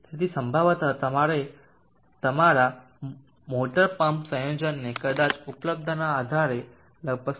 તેથી સંભવત તમારે તમારા મોટર પમ્પ સંયોજનને કદાચ ઉપલબ્ધતાના આધારે લગભગ 7